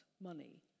money